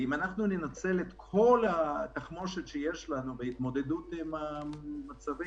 אם ננצל את כל התחמושת שלנו להתמודדות עם מצבי